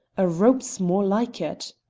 a rope's more like it.